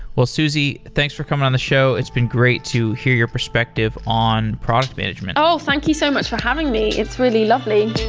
suzie, thanks for coming on the show. it's been great to hear your perspective on product management. oh! thank you so much for having me. it's really lovely